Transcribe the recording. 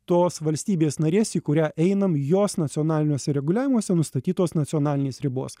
tos valstybės narės į kurią einam jos nacionaliniuose reguliavimuose nustatytos nacionalinės ribos